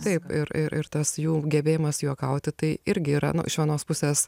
taip ir ir ir tas jų gebėjimas juokauti tai irgi yra nu iš vienos pusės